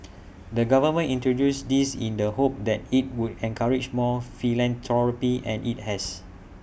the government introduced this in the hope that IT would encourage more philanthropy and IT has